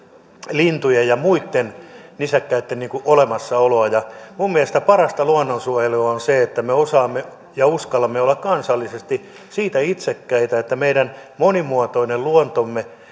lintujemme ja muitten nisäkkäitten olemassaoloa minun mielestäni parasta luonnonsuojelua on se että me osaamme ja uskallamme olla kansallisesti siitä itsekkäitä että meidän monimuotoinen luontomme